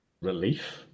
relief